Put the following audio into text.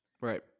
Right